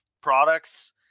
products